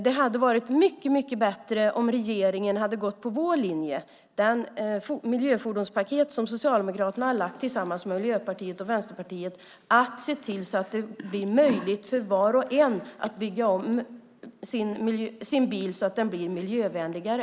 Det hade varit mycket bättre om regeringen hade gått på vår linje, det miljöfordonspaket som Socialdemokraterna har lagt fram tillsammans med Miljöpartiet och Vänsterpartiet, och sett till att det blir möjligt för var och en att bygga om sin bil så att den blir miljövänligare.